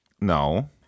No